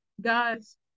guys